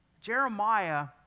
Jeremiah